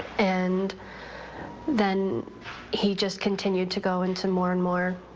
and then he just continued to go into more and more